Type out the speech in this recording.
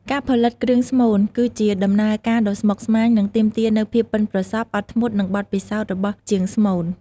ការផលិតគ្រឿងស្មូន គឺជាដំណើរការដ៏ស្មុគស្មាញ និងទាមទារនូវភាពប៉ិនប្រសប់ អត់ធ្មត់ និងបទពិសោធន៍របស់ជាងស្មូន។